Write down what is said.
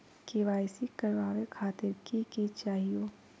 KYC करवावे खातीर कि कि चाहियो?